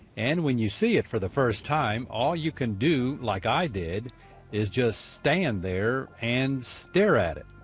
and when you see it for the first time all you can do like i did is just stand there and stare at it.